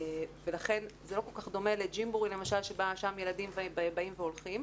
ולכן זה לא כל כך דומה לג'ימבורי ששם ילדים באים והולכים.